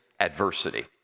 Adversity